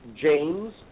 James